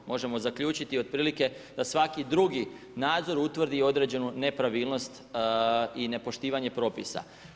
Možemo zaključiti otprilike, da svaki drugih nadzor utvrdi određenu nepravilnost i nepoštivanje propisa.